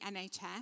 NHS